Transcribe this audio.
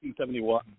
1971